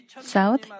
south